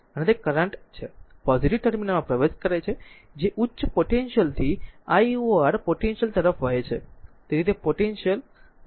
અને તે r current છે પોઝીટીવ ટર્મિનલમાં પ્રવેશ કરે છે જે ઉચ્ચ પોટેન્શિયલ થી lor પોટેન્શિયલ તરફ વહે છે